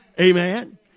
Amen